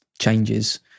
changes